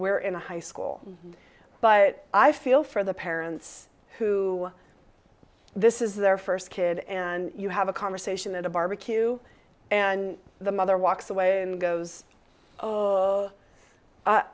we're in a high school but i feel for the parents who this is their first kid and you have a conversation at a barbecue and the mother walks away and goes oh